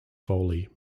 foley